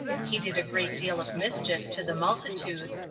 he did a great deal of mischief to the multitude,